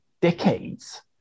decades